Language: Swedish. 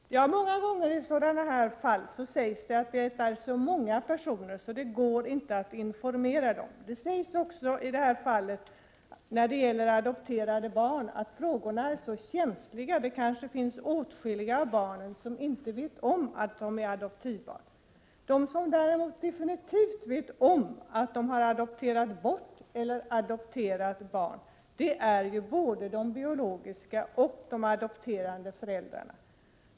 Herr talman! Många gånger sägs det i sådana här fall att det är så många personer inblandade att det inte går att informera dem. I det här fallet — som gäller adopterade barn — sägs också att frågorna är så känsliga; det kanske finns åtskilliga av barnen som inte vet om att de är adoptivbarn. De som däremot definitivt vet om att de har adopterat bort eller adopterat barn är både de biologiska och de adopterande föräldrarna.